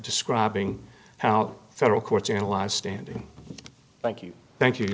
describing how federal courts analyze standing thank you thank you